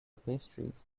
pastries